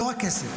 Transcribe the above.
לא רק כסף,